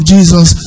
Jesus